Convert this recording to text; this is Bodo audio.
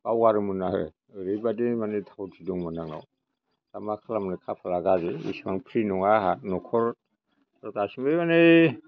बावगारोमोन आरो ओरैबादि मानि थावथि दंमोन आंनाव दा मा खालामनो खाफाला गाज्रि एसेबां फ्रि नङा आंहा न'खर गासिबो माने